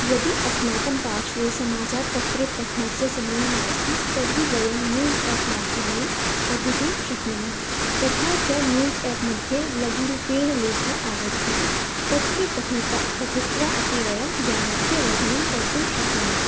यदि अस्माकं पार्श्वे समाचारपत्रं पठनस्य समयः नास्ति तर्हि वयं न्यूस् एप् माध्यमेन पठितुं शक्नुमः तथा च न्यूस् एप् मध्ये लघुरूपेण लेखः आगच्छति तत्र पठित पठित्वा अपि वयं ज्ञानस्य वर्धनं कर्तुं शक्नुमः